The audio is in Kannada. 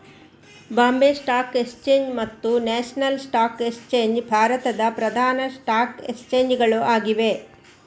ಬಾಂಬೆ ಸ್ಟಾಕ್ ಎಕ್ಸ್ಚೇಂಜ್ ಮತ್ತು ನ್ಯಾಷನಲ್ ಸ್ಟಾಕ್ ಎಕ್ಸ್ಚೇಂಜ್ ಭಾರತದ ಪ್ರಧಾನ ಸ್ಟಾಕ್ ಎಕ್ಸ್ಚೇಂಜ್ ಗಳು ಆಗಿವೆ